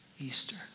Easter